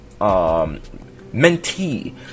mentee